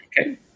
Okay